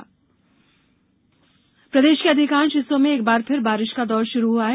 मौसम प्रदेश के अधिकांश हिस्सों में एक बार फिर बारिश का दौर शुरू हुआ है